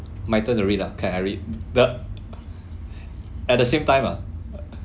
my turn to read ah can I read the at the same time lah